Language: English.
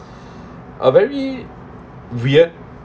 are very weird